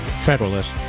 Federalist